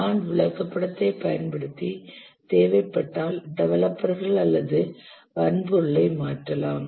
Gantt விளக்கப்படத்தைப் பயன்படுத்தி தேவைப்பட்டால் டெவலப்பர்கள் அல்லது வன்பொருளை மாற்றலாம்